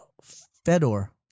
Fedor